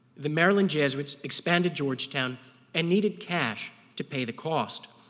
the maryland jesuits expanded georgetown and needed cash to pay the cost.